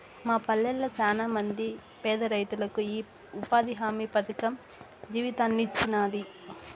మా పల్లెళ్ళ శానమంది పేదరైతులకు ఈ ఉపాధి హామీ పథకం జీవితాన్నిచ్చినాది